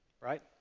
Right